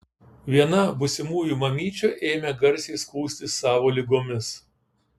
viena būsimųjų mamyčių ėmė garsiai skųstis savo ligomis